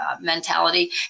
mentality